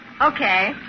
Okay